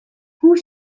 hoe